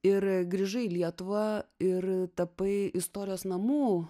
ir grįžai į lietuvą ir tapai istorijos namų